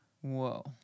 Whoa